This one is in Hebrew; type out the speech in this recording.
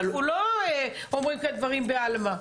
אנחנו לא אומרים כאן דברים בעלמא.